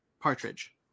Partridge